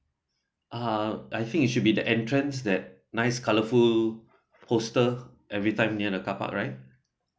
uh I think it should be the entrance that nice colorful postal everytime near the carpark right